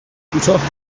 کوتاه